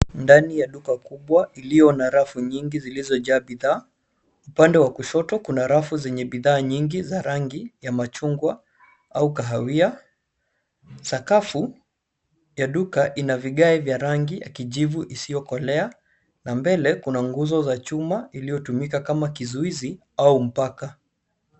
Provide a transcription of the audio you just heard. Ndani ya duka kubwa iliyo na rafu nyingi zilizojaa bidhaa. U pande wa kushoto, kuna rafu zenye bidhaa nyingi za rangi ya machungwa au kahawia. Sakafu ya duka ina vigae vya rangi ya kijivu isiyokolea na mbele kuna nguzo za chuma iliotumika kama kizuizi au mpaka.